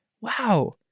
wow